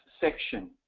section